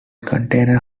container